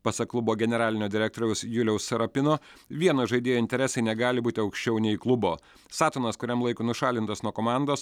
pasak klubo generalinio direktoriaus juliaus sarapino vieno žaidėjo interesai negali būti aukščiau nei klubo satonas kuriam laikui nušalintas nuo komandos